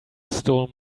stole